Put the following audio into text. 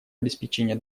обеспечения